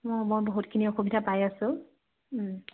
অঁ মই বহুতখিনি অসুবিধা পাই আছোঁ